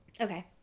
Okay